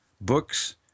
books